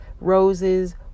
roses